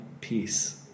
Peace